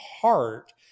heart